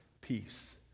peace